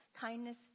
kindness